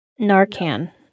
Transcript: Narcan